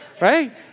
right